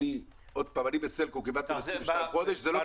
עוד פעם, אני בסלקום, קיבלתי 22 חודש, זה לא כתוב.